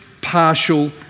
partial